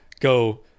go